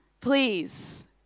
Please